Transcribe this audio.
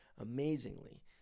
amazingly